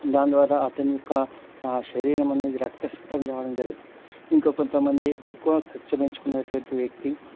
దాని ద్వారా అతని యొక్క శరీరం అనేది రక్తస్తం రావడం జరుగుతుంది ఇంకా కొంతమంది ఎక్కువ కక్షపెంచుకున్నటువంటి వ్యక్తి